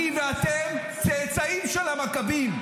אני ואתם צאצאים של המכבים,